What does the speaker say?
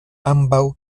ambaŭ